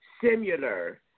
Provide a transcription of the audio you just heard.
similar